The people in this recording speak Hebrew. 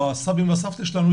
או הסבים והסבתות שלנו,